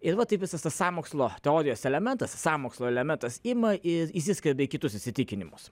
ir va taip visos sąmokslo teorijos elementas sąmokslo elementas ima ir įsiskverbia į kitus įsitikinimus